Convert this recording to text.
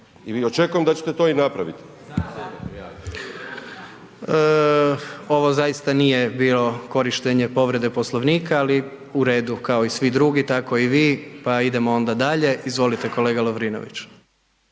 **Jandroković, Gordan (HDZ)** Ovo zaista nije bilo korištenje povrede Poslovnika, ali u redu, kao i svi drugi, tako i vi, pa idemo onda dalje. Izvolite kolega Lovrinović.